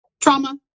trauma